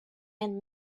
and